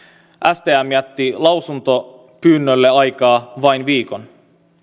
stm jätti lausuntopyynnölle aikaa vain viikon